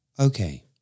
Okay